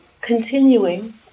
continuing